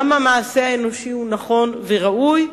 גם המעשה האנושי הוא נכון וראוי,